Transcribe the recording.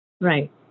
Right